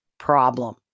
Problem